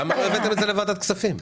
למה לא הבאתם את זה לוועדת כספים?